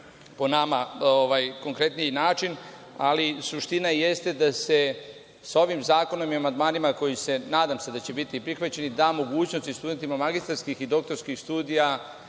po nama, konkretniji način. Ali, suština jeste da se ovim zakonom i amandmanima koji nadam se da će biti prihvaćeni da mogućnost i studentima magistarskih i doktorskih studija